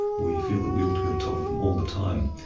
we feel we ought to be on top of them all the time.